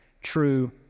true